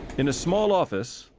in a small office,